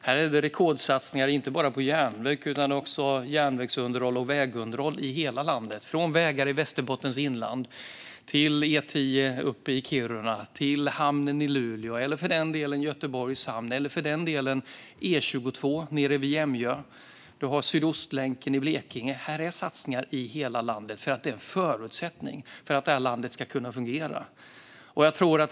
Här är det rekordsatsningar inte bara på järnväg utan också på järnvägsunderhåll och vägunderhåll i hela landet, från vägar i Västerbottens inland, E10 i Kiruna, hamnen i Luleå och Göteborgs hamn till E22 i Jämjö eller Sydostlänken i Blekinge. Här finns satsningar i hela landet, och de är en förutsättning för att landet ska fungera.